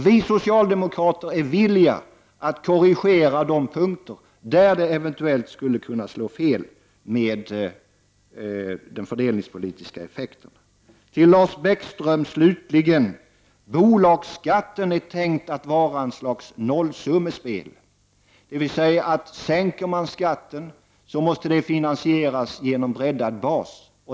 Vi socialdemokrater är villiga att göra korrigeringar om det visar sig att de fördelningspolitiska effekterna slår fel. Till Lars Bäckström vill jag säga att bolagsskatten är tänkt att vara ett slags nollsummespel, dvs. sänker man skatten, måste det finansieras genom en breddad bas.